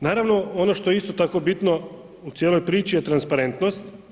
Naravno, ono što je isto tako bitno u cijeloj priči je transparentnost.